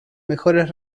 mejores